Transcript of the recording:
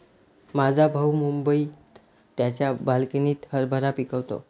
माझा भाऊ मुंबईत त्याच्या बाल्कनीत हरभरा पिकवतो